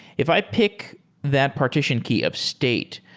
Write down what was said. if i pick that partition key of state,